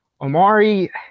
Omari